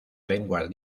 lenguas